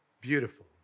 beautiful